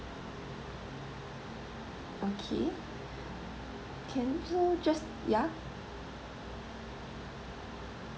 okay can if so just ya